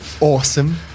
Awesome